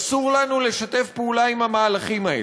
אסור לנו לשתף פעולה עם המהלכים האלה.